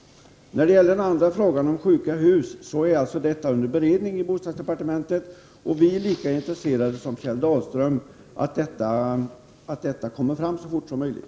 Så till den andra frågan, som gäller sjuka hus. Denna fråga är under beredning i bostadsdepartementet. Jag kan bara säga att vi är lika intresserade som Kjell Dahlström av att besked kommer så fort som möjligt.